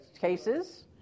cases